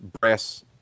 brass